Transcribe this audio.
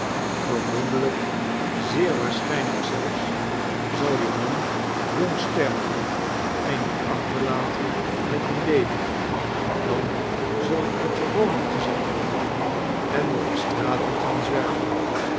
vermoedelijk zeer waarschijnlijk zelfs zal je man jong sterven en je aohterlaten met een baby dan zul je uit je woning gezet worden en door de straten gaan zwerven